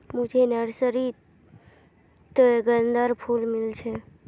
मुझे नर्सरी त गेंदार फूल मिल छे